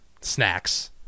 snacks